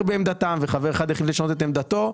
בעמדתם וחבר אחד החליט לשנות את עמדתו.